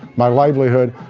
my livelihood.